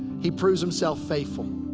he proves himself faithful.